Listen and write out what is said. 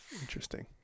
interesting